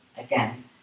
again